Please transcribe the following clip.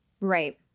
Right